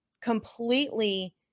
completely